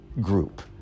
group